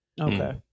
Okay